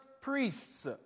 priests